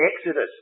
Exodus